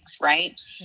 right